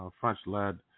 French-led